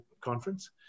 Conference